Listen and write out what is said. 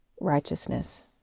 righteousness